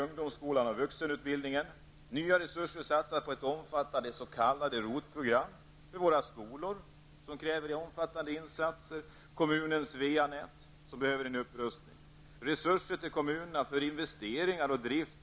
Nya resurser satsas på ett omfattande s.k. ROT program för våra skolor, vilka kräver omfattande insatser, samt för kommunernas VA-nät som behöver en upprustning.